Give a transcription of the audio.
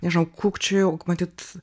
nežinau kukčiojau matyt